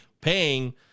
paying